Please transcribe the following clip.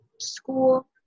school